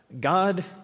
God